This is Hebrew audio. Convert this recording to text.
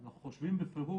אנחנו חושבים בפירוש